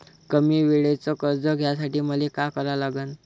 कमी वेळेचं कर्ज घ्यासाठी मले का करा लागन?